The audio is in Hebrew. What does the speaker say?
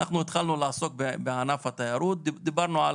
אנחנו התחלנו לעסוק בענף התיירות, דיברנו על